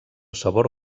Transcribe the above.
sabor